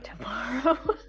tomorrow